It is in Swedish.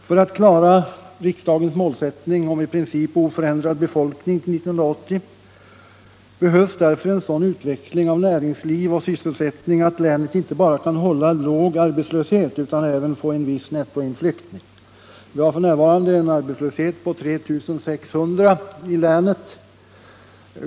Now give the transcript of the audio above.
För att klara riksdagens målsättning — i princip oförändrad befolkning fram till 1980 — behövs det därför en sådan utveckling av näringsliv och sysselsättning att länet inte bara kan hålla en låg arbetslöshet utan även få en viss nettoinflyttning. Vi har f.n. i länet en arbetslöshet på 3600.